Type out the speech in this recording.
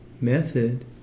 method